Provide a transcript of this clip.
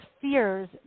fears